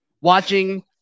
watching